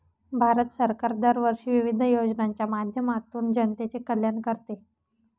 भारत सरकार दरवर्षी विविध योजनांच्या माध्यमातून जनतेचे कल्याण करते